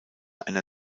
einer